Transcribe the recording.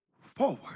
forward